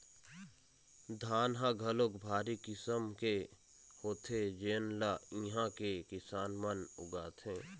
धान ह घलोक भारी किसम के होथे जेन ल इहां के किसान मन उगाथे